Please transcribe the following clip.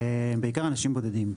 בעיקר אנשים בודדים.